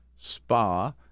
Spa